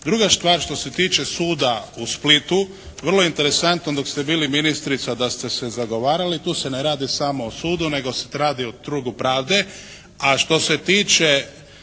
Druga stvar što se tiče suda u Splitu. Vrlo je interesantno dok ste bili ministrica da ste se zagovarali. Tu se ne radi samo o sudu, nego se radi o trudu pravde. A što se tiče